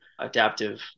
adaptive